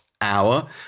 hour